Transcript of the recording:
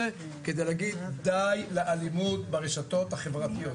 כדי להגיד 'די לאלימות ברשתות החברתיות'.